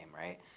right